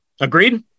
Agreed